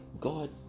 God